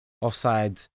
Offside